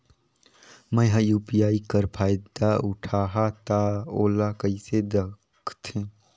मैं ह यू.पी.आई कर फायदा उठाहा ता ओला कइसे दखथे?